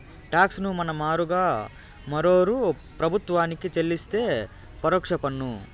talks ను మన మారుగా మరోరూ ప్రభుత్వానికి చెల్లిస్తే పరోక్ష పన్ను